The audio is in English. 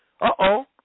uh-oh